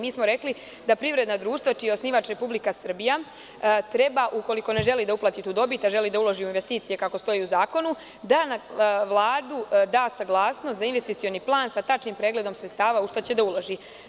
Mi smo rekli da privredna društva čiji je osnivač Republika Srbija, treba, ukoliko ne želi da uplati tu dobit, a želi da uloži u investicije, kako stoji u zakonu, da Vlada da saglasnost za investicioni plan sa tačnim pregledom sredstava u šta će da uloži.